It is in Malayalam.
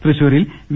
തൃശൂരിൽ വി